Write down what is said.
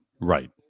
Right